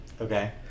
Okay